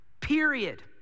period